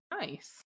nice